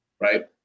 Right